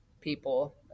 people